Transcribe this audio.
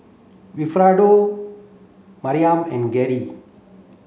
Wilfredo Maryann and Gerry